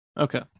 okay